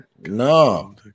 No